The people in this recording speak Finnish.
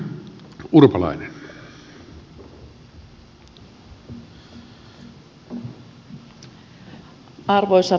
arvoisa puhemies